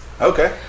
Okay